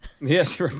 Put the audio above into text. Yes